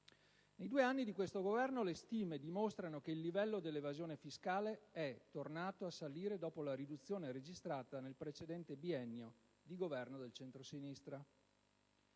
In due anni di questo Governo, le stime dimostrano che il livello dell'evasione fiscale è tornato a salire dopo la riduzione registrata nel precedente biennio di Governo del centrosinistra.